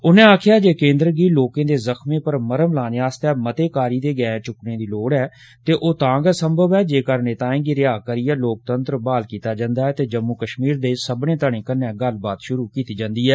उन्नै आक्खेआ जे केन्द्र गी लोकें दे जख्में दा मरहम लाने आस्तै मते कारी दे गैंह् पुट्टने दी लोड़ ऐ ते ओह् तां गै संभव ऐ जेकर नेताएं गी रिहा करियै लोकतंत्र ब्हाल कीता जंदा ऐ ते जम्मू कश्मीर दे सब्बने धड़ें कन्नै गल्लबात शुरू कीती जंदी ऐ